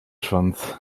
schwanz